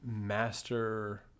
master